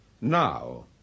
now